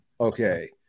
Okay